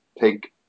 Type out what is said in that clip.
take